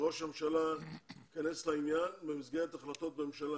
ושראש הממשלה יכנס לעניין במסגרת החלטות ממשלה.